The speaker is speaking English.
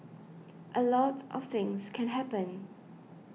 a lot of things can happen